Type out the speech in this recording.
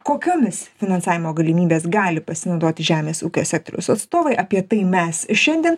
o kokiomis finansavimo galimybes gali pasinaudoti žemės ūkio sektoriaus astovai apie tai mes šiandien